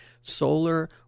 solar